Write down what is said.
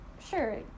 sure